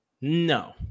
No